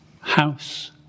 house